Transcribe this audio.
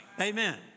Amen